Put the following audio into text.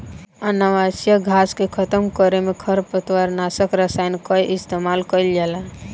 अनावश्यक घास के खतम करे में खरपतवार नाशक रसायन कअ इस्तेमाल कइल जाला